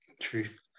Truth